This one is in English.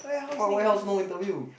what who else no interview